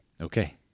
Okay